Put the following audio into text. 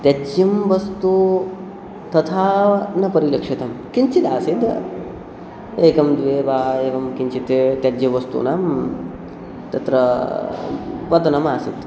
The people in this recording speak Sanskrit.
त्याज्यं वस्तु तथा न परिलक्षितं किञ्चिदासीत् एकं द्वे वा एवं किञ्चित् त्याज्यवस्तूनां तत्र पतनम् आसीत्